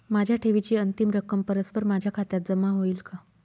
माझ्या ठेवीची अंतिम रक्कम परस्पर माझ्या खात्यात जमा होईल का?